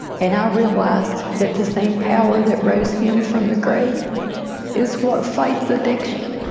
and i realized that the same power that rose him from the grave is what fights addiction.